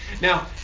Now